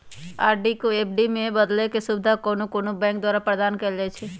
RD को FD में बदलेके सुविधा कोनो कोनो बैंके द्वारा प्रदान कएल जाइ छइ